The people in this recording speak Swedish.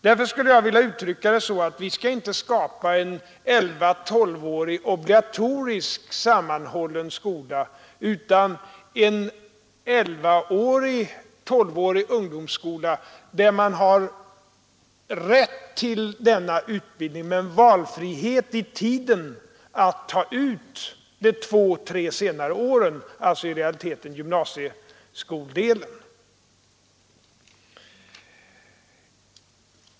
Jag skulle vilja uttrycka det så att vi inte skall skapa en 11—12-årig obligatoriskt sammanhållen skola utan en 11—12-årig ungdomsskola, där man har rätt till utbildning men valfrihet i tiden att ta ut de två eller tre senare åren, alltså i realiteten gymnasieskoledelen.